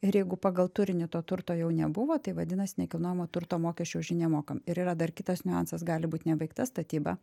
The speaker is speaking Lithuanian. ir jeigu pagal turinį to turto jau nebuvo tai vadinas nekilnojamojo turto mokesčio už jį nemokam ir yra dar kitas niuansas gali būt nebaigta statyba